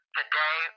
today